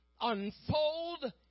unfold